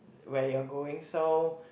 where you are going so